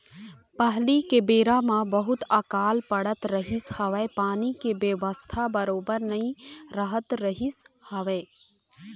पहिली के बेरा म बहुत अकाल पड़त रहिस हवय पानी के बेवस्था बरोबर नइ रहत रहिस हवय